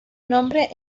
nombre